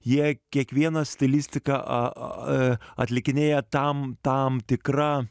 jei kiekvieną stilistiką atlikinėja tam tam tikra